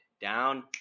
Down